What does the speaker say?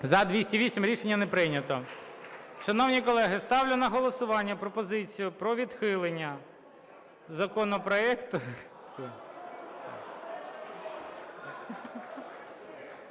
За-208 Рішення не прийнято. Шановні колеги, ставлю на голосування пропозицію про відхилення законопроекту…